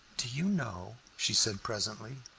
do you know, she said presently,